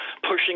pushing